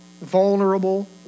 vulnerable